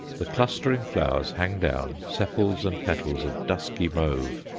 the clustering flowers hang down, sepals and petals of dusky mauve,